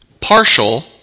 Partial